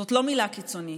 זאת לא מילה קיצונית.